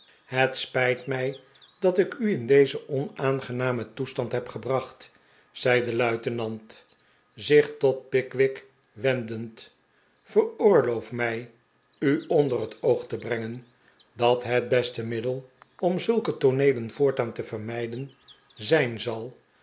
het spijt mij dat ik u in dezen onaangenamen toestand heb gebracht zei de luitenant zich tot pickwick wendend veroorloof m ij u onder het oog te brengen dat het beste rniddel om zulke tooneelen voortaan te vermijden zijn zal